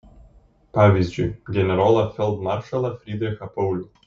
pavyzdžiui generolą feldmaršalą frydrichą paulių